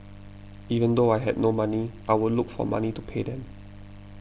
even though I had no money I would look for money to pay them